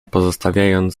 pozostawiając